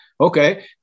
Okay